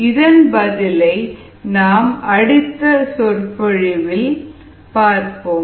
இதன் பதிலை நாம் அடுத்த சொற்பொழிவில் பார்ப்போம்